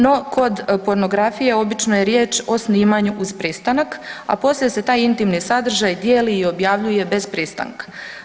No kod pornografije obično je riječ o snimanju uz pristanak, a poslije se taj intimni sadržaj dijeli i objavljuje bez pristanka.